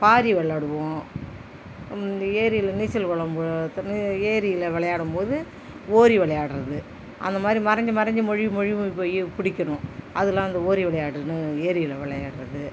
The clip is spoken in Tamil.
பாரி விளையாடுவோம் ஏரியில நீச்சல் குளம் ஏரியில விளையாடும் போது ஓரி விளையாடுறது அந்தமாதிரி மறைஞ்சி மறைஞ்சி மொழிவு மொழிவு போய் பிடிக்கணும் அதெலாம் ஓரி விளையாடன்னும் ஏரியில விளையாடுறது